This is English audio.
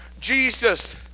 Jesus